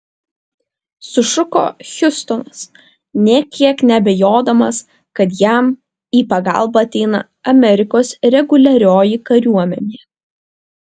sušuko hiustonas nė kiek neabejodamas kad jam į pagalbą ateina amerikos reguliarioji kariuomenė